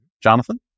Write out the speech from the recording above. Jonathan